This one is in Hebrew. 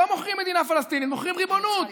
לא מוכרים מדינה פלסטינית, מוכרים ריבונות.